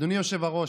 אדוני היושב-ראש,